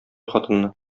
хатынны